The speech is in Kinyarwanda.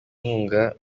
inkunga